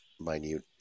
minute